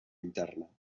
interna